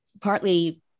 partly